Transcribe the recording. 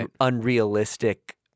unrealistic –